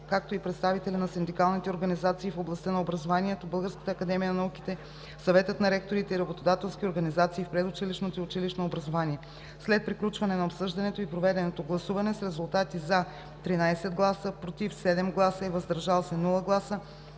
както и представители на синдикални организации в областта на образованието, Българската академия на науките, Съветът на ректорите и работодателски организации в предучилищното и училищното образование. След приключване на обсъждането и проведено гласуване с резултати: „за“ – 13, „против“ – 7, „въздържал се“ – няма,